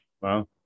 Wow